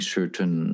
certain